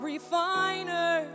Refiner